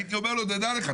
הייתי אומר לו תדע לך,